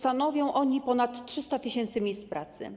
To ponad 300 tys. miejsc pracy.